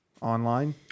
online